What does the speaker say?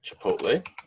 chipotle